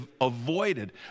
avoided